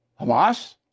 Hamas